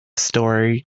story